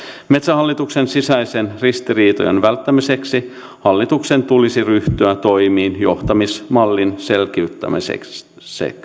metsähallituksen sisäisten ristiriitojen välttämiseksi hallituksen tulisi ryhtyä toimiin johtamismallin selkeyttämiseksi